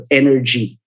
energy